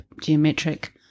geometric